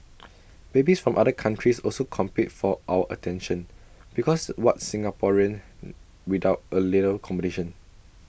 babies from other countries also compete for our attention because what's Singapore without A little competition